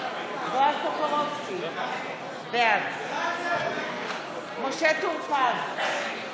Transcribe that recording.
בועז טופורובסקי, בעד משה טור פז,